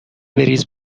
بریز